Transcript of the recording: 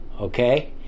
Okay